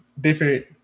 different